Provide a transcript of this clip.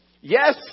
Yes